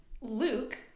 Luke